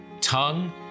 tongue